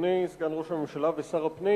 אדוני סגן ראש הממשלה ושר הפנים,